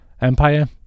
Empire